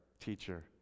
teacher